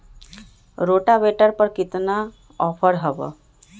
Rotavator पर केतना offer हव?